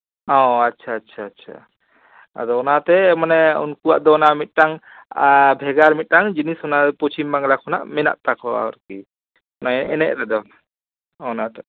ᱚᱻ ᱟᱪᱪᱷᱟ ᱟᱪᱪᱷᱟ ᱪᱟᱪᱷᱟ ᱟᱫᱚ ᱚᱱᱟᱛᱮ ᱢᱟᱱᱮ ᱩᱱᱠᱩᱣᱟᱜ ᱫᱚ ᱚᱱᱟ ᱢᱤᱫᱴᱟᱝ ᱵᱷᱮᱜᱟᱨ ᱢᱤᱫᱴᱟᱝ ᱡᱤᱱᱤᱥ ᱱᱚᱣᱟ ᱯᱚᱪᱷᱤᱢ ᱵᱟᱝᱞᱟ ᱠᱷᱚᱱᱟᱜ ᱢᱮᱱᱟᱜ ᱛᱟᱠᱚᱣᱟ ᱟᱨᱠᱤ ᱢᱟᱱᱮ ᱮᱱᱮᱡ ᱨᱮᱫᱚ ᱚᱱᱟᱛᱮ